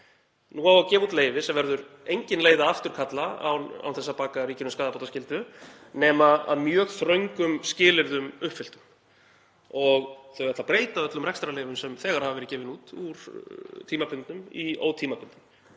Nú á að gefa út leyfi sem verður engin leið að afturkalla án þess að baka ríkinu skaðabótaskyldu nema að mjög þröngum skilyrðum uppfylltum. Þau ætla að breyta öllum rekstrarleyfum sem þegar hafa verið gefin út úr tímabundnum í ótímabundin.